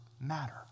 matter